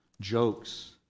jokes